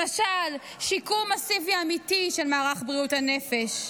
למשל, שיקום מסיבי אמיתי של מערך בריאות הנפש,